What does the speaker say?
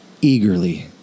eagerly